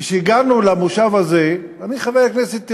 כשהגענו למושב הזה, ואני חבר כנסת טירון,